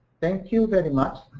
thank you very much.